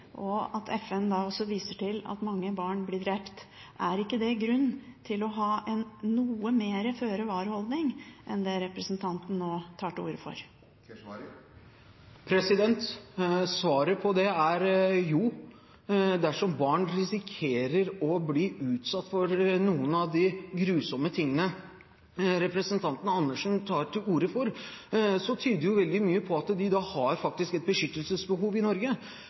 FN viser også til at mange barn blir drept. Er ikke det grunn til å ha en noe mer føre-var-holdning enn det representanten nå tar til orde for? Svaret på det er ja. Dersom barn risikerer å bli utsatt for noe av det grusomme representanten Andersen tar til orde for, tyder jo veldig mye på at de faktisk har et beskyttelsesbehov i Norge.